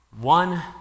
one